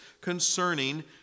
concerning